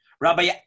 Rabbi